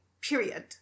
period